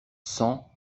cent